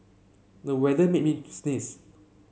the weather made me sneeze